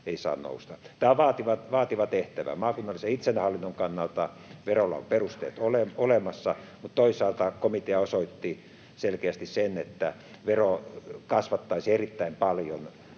Tämä on vaativa tehtävä. Maakunnallisen itsehallinnon kannalta verolla on perusteet olemassa, mutta toisaalta komitea osoitti selkeästi sen, että vero kasvattaisi erittäin paljon verotasoeroja